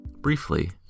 Briefly